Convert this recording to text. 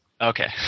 Okay